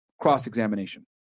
cross-examination